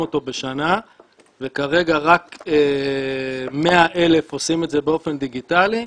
אותו בשנה וכרגע רק 100,000 עושים את זה באופן דיגיטלי,